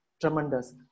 tremendous